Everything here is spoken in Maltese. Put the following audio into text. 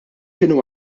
kienu